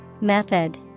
Method